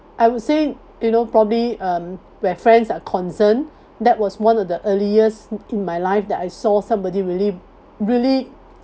I would say you know probably um where friends are concerned that was one of the earliest in my life that I saw somebody really really